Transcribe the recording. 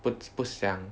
不不想